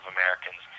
Americans